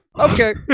okay